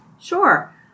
Sure